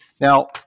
Now